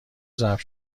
ضبط